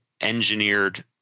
engineered